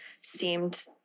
seemed